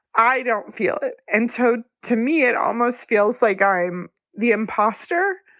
i don't feel it and told to me it almost feels like i'm the impostor,